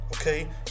okay